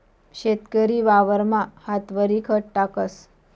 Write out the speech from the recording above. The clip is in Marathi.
शेतकरी वावरमा हातवरी खत टाकस